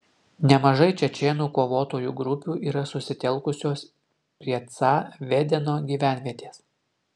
nemažai čečėnų kovotojų grupių yra susitelkusios prie ca vedeno gyvenvietės